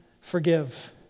forgive